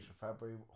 february